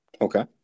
Okay